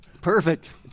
Perfect